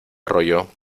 rollo